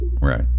right